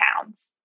pounds